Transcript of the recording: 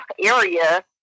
area